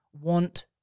Want